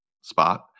spot